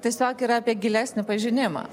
tiesiog yra apie gilesnį pažinimą